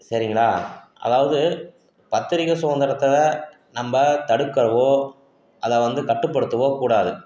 சரிங்களா அதாவது பத்திரிக்கை சுதந்திரத்தை நம்ப தடுக்கவோ அதை வந்து கட்டுப்படுத்தவோ கூடாது